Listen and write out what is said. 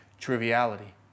triviality